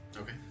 Okay